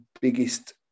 biggest